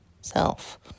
self